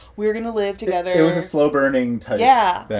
we were going to live together. it was a slow burning type. yeah.